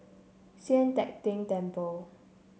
Sian Teck Tng Temple